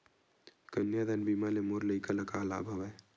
कन्यादान बीमा ले मोर लइका ल का लाभ हवय?